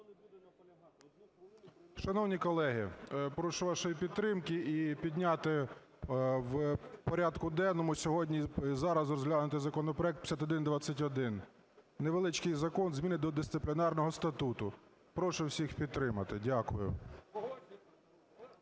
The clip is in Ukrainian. Шановні колеги, прошу вашої підтримки, і підняти в порядку денному сьогодні і зараз розглянути законопроект 5121, невеличкий закон - зміни до Дисциплінарного статуту. Прошу всіх підтримати. Дякую.